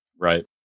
Right